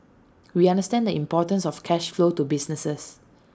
we understand the importance of cash flow to businesses